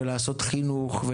לעשות חינוך,